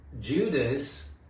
Judas